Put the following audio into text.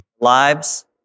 lives